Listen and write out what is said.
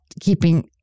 keeping